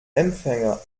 empfänger